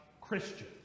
Christian